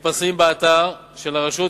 המתפרסמים באתר של הרשות,